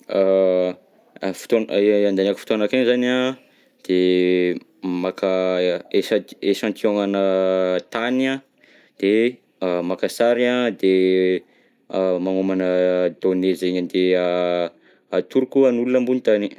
Fotoana, andaniako fotoagna akegny zany an, de maka echanti- echantillon na tany an, de maka sary an, de magnomana données zegny andeha atoroko an'olona ambony tany.